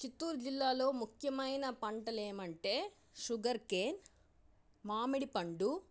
చిత్తూరు జిల్లాలో ముఖ్యమైన పంటలు ఏమంటే షుగర్కేన్ మామిడిపండు